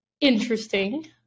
interesting